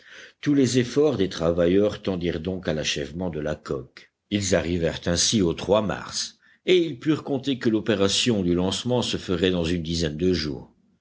tous les efforts des travailleurs tendirent donc à l'achèvement de la coque ils arrivèrent ainsi au mars et ils purent compter que l'opération du lancement se ferait dans une dizaine de jours